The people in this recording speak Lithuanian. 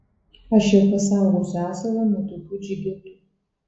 aš jau pasaugosiu asilą nuo tokių džigitų